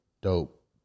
dope